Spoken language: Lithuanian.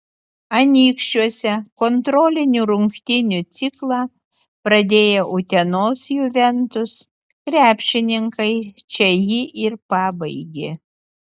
anykščiuose kontrolinių rungtynių ciklą pradėję utenos juventus krepšininkai čia jį ir pabaigė